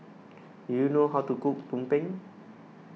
do you know how to cook Tumpeng